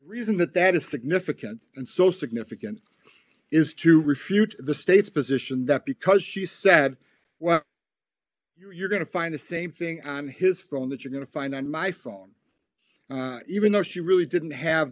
reason that that is significant and so significant is to refute the state's position that because she said well you're going to find the same thing on his phone that you're going to find on my phone even though she really didn't have